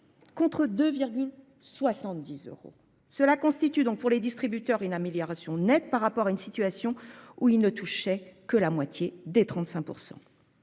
Contre de. 70 euros. Cela constitue donc pour les distributeurs. Une amélioration nette par rapport à une situation où il ne touchait que la moitié des 35%.